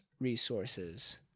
Resources